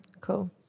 Cool